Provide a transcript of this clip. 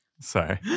Sorry